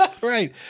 Right